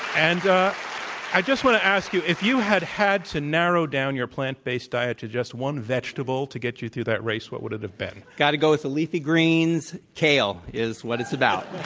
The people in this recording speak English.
and i just want to ask you, if you had had to narrow down your plant-based diet to just one vegetable to get you through that race, what would it have been? got to go with the leafy greens. kale is what it's about.